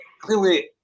Clearly